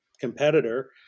competitor